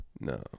no